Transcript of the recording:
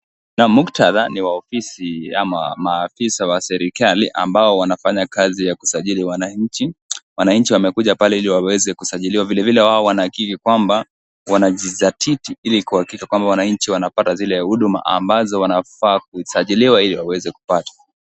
Muktadha ni wa ofisi ama ma ofisa wa serikali ambao wanafanya kazi ya kusajili wananchi. Wananchi wamekuja pale ili waweze kusajiliwa vile vile wao wana akili kwamba wanajizatiti ili kuhakikisha kwamba wananchi wanapata zile huduma ambazo wanafaaa kusajiliwa ili waweze kupata.